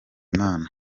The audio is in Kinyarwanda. imana